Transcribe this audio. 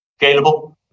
scalable